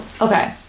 Okay